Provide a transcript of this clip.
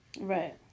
Right